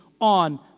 on